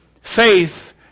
faith